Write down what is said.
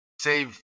save